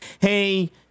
hey